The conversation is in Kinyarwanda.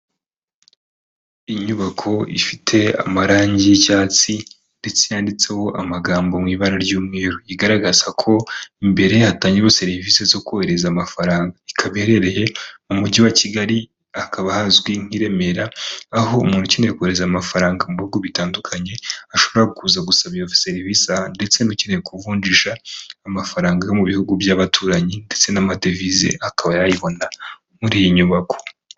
Inyubako ifite amarangi y'icyatsi ndetse yanditseho amagambo mu ibara ry'umweru igaragaza ko imbere hatangirwa serivisi zo kohereza amafaranga ikaba iherereye mu mujyi wa kigali hakaba hazwi nk'iremera aho umuntu ukeneye kohereza amafaranga mu bihugu bitandukanye ashobora kuza gusaba iyo serivisi ndetse nukeneye kuvunjisha amafaranga yo mu bihugu by'abaturanyi ndetse n'amadevize akaba yayibona muri iyi nyubako.